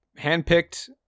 handpicked